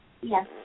Yes